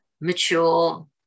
mature